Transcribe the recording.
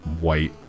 white